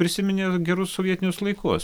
prisiminė gerus sovietinius laikus